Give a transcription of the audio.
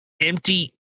empty